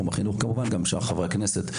כמובן שגם לשאר חברי הכנסת,